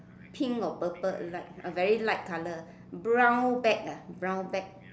pink or purple light a very light color brown bag ah brown bag